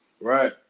Right